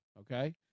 Okay